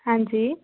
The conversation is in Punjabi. ਹਾਂਜੀ